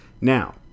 now